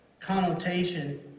connotation